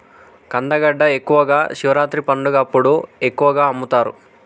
కందగడ్డ ఎక్కువగా శివరాత్రి పండగప్పుడు ఎక్కువగా అమ్ముతరు